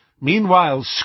Meanwhile